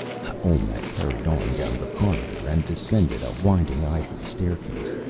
olmec hurried on down the corridor, and descended a winding ivory staircase.